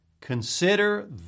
consider